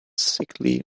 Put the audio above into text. sickly